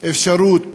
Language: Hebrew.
אפשרות